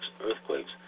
earthquakes